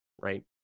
right